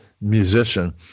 musician